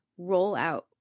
rollout